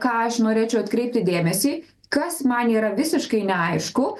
ką aš norėčiau atkreipti dėmesį kas man yra visiškai neaišku